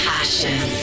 Passion